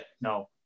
No